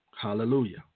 hallelujah